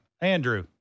Andrew